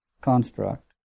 construct